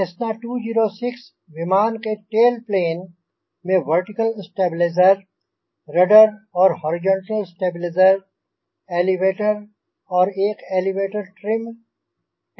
Cessna 206 विमान के tail plane में वर्टिकल स्टबिलिसेर रडर और हॉरिज़ॉंटल स्टबिलिसेर एलेवेटर और एक एलेवेटर ट्रिम टैब होती हैं